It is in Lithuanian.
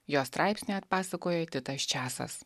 jo straipsnį atpasakojo titas česas